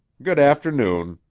good-afternoon.